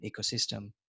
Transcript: ecosystem